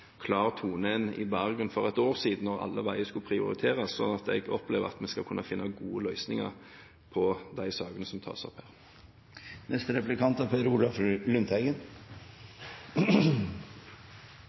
klar tone enn i Bergen for et år siden da alle veier skulle prioriteres. Så jeg opplever at vi skal kunne finne gode løsninger på de sakene som tas opp.